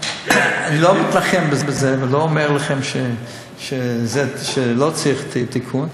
אני לא מתנחם בזה ולא אומר לכם שזה לא צריך תיקון,